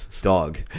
Dog